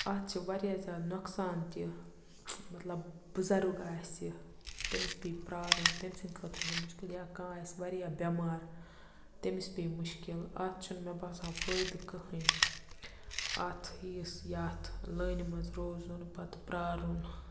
اَتھ چھِ واریاہ زیادٕ نۄقصان تہِ مطلب بُزَرٕگ آسہِ تٔمِس پیٚیہِ پرٛارُن تٔمۍسٕنٛدِ خٲطرٕ چھِ مُشکل یا کانٛہہ آسہِ واریاہ بٮ۪مار تٔمِس پیٚیہِ مُشکل اَتھ چھُنہٕ مےٚ باسان فٲیدٕ کٕہٕنۍ اَتھ یُس یَتھ لٲنہِ منٛز روزُن پَتہٕ پرٛارُن